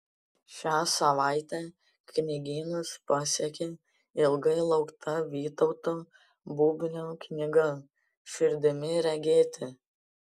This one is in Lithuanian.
šią savaitę knygynus pasiekė ilgai laukta vytauto bubnio knyga širdimi regėti